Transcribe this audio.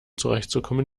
zurechtzukommen